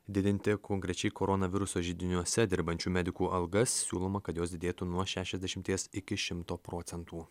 didinti konkrečiai koronaviruso židiniuose dirbančių medikų algas siūloma kad jos didėtų nuo šešiasdešimties iki šimto procentų